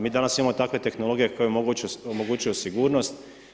Mi danas imamo takve tehnologije koje omogućuje sigurnost.